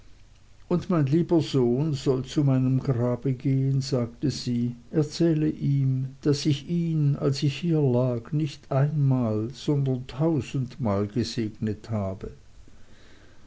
und mein lieber sohn soll zu meinem grabe gehen sagte sie erzähle ihm daß ich ihn als ich hier lag nicht einmal sondern tausendmal gesegnet habe